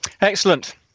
Excellent